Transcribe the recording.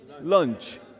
Lunch